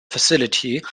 facility